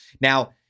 Now